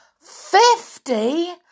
Fifty